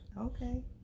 Okay